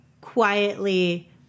Quietly